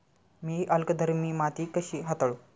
मी अल्कधर्मी माती कशी हाताळू?